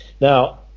Now